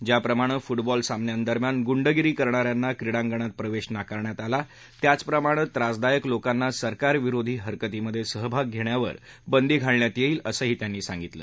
ज्याप्रमाणं football सामन्यांदरम्यान गुंडगिरी करणा यांना क्रिडांगणात प्रवेश नाकाररण्यात आला त्याचप्रमाणं त्रासदायक लोकांना सरकार विरोधी हरकतीमध्ये सहभाग घेण्यावर बंदी घालण्यात येईल असंही त्यांनी सांगितलं